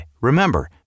remember